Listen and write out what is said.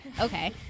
okay